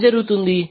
ఏమి జరుగుతుంది